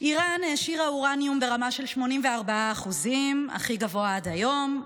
איראן העשירה אורניום ברמה של 84% הכי גבוה עד היום,